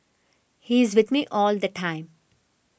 he's with me all the time